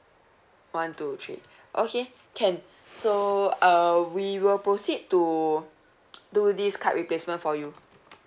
one two three okay can so uh we will proceed to do this card replacement for you